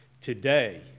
Today